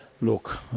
look